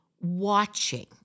watching